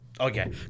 Okay